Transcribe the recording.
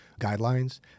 guidelines